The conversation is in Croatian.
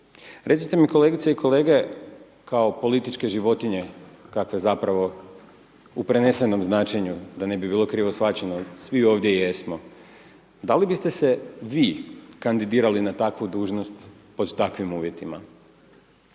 Recite mi kolegice i kolege kao političke životinje kakve zapravo u prenesenom značenju da ne bi bilo krivo shvaćeno svi ovdje jesmo, da li biste se vi kandidirali na takvu dužnost pod takvim uvjetima